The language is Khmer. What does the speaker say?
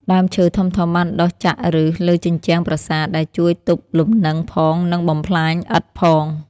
ដើមឈើធំៗបានដុះចាក់ប្ឫសលើជញ្ជាំងប្រាសាទ ដែលជួយទប់លំនឹងផង និងបំផ្លាញឥដ្ឋផង។